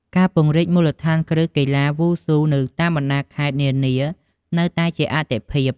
ការពង្រីកមូលដ្ឋានគ្រឹះកីឡាវ៉ូស៊ូនៅតាមបណ្ដាខេត្តនានានៅតែជាអាទិភាព។